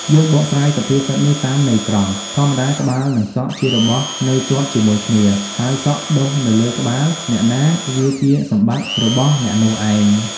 យើងបកស្រាយសុភាសិតនេះតាមន័យត្រង់ ធម្មតាក្បាល និងសក់ ជារបស់នៅជាប់ជាមួយគ្នា ហើយសក់ដុះនៅលើក្បាលអ្នកណា វាជាសម្បត្តិរបស់អ្នកនោះឯង ។